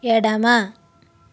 ఎడమ